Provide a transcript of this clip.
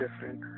different